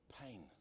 pain